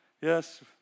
yes